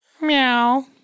Meow